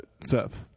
Seth